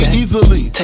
easily